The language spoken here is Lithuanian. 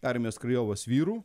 armijos krajovos vyrų